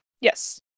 Yes